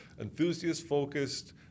enthusiast-focused